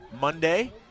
Monday